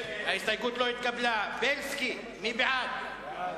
ההסתייגות של חבר הכנסת זאב בוים לסעיף 18,